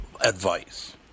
advice